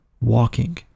walking